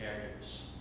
characters